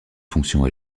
fonctions